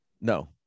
no